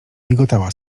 migotała